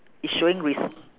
it's showing rec~